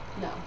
No